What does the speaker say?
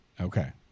Okay